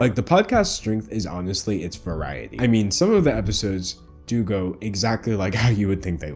like the podcast strength is honestly its variety. i mean, some of the episodes do go exactly like how you would think they